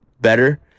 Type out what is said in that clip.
better